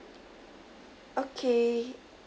okay